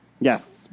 Yes